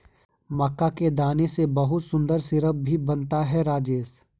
मक्का के दाने से बहुत सुंदर सिरप भी बनता है राजेश